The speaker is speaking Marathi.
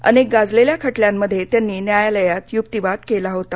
अनेक गाजलेल्या खटल्यांमध्ये त्यांनी न्यायालयात युक्तिवाद केला होता